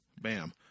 Bam